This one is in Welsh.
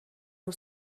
nhw